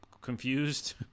confused